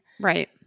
Right